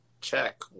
check